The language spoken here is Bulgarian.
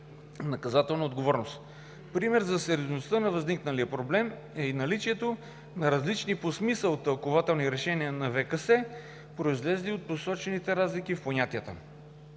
наказателна отговорност. Пример за сериозността на възникналия проблем е и наличието на различни по смисъл тълкувателни решения на ВКС, произлезли от посочените разлики в понятията.